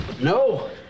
No